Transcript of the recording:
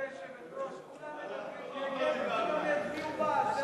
גברתי היושבת-ראש, כולם מדברים נגד ויצביעו בעד.